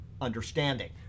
understanding